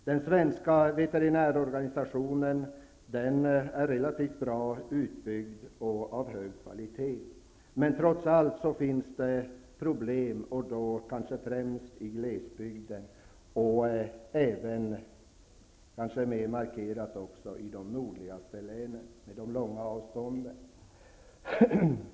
Den svenska veterinärorganisationen är relativt väl utbyggd och av hög kvalitet, men trots allt finns det problem, kanske främst i glesbygden och kanske mest markerat i de nordligaste länen med de långa avstånden.